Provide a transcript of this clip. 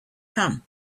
come